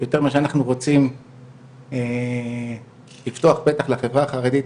יותר ממה שאנחנו רוצים לפתוח פתח לחברה החרדית,